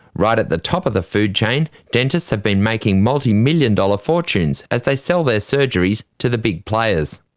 right at the top of the food chain, dentists have been making multi-million dollar fortunes as they sell their surgeries to the big players.